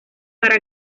para